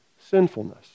sinfulness